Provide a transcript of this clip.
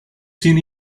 seen